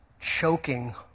choking